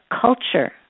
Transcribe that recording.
culture